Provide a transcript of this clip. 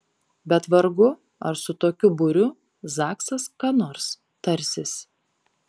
bet vargu ar su tokiu būriu zaksas ką nors tarsis